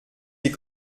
les